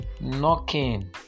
knocking